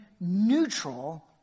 neutral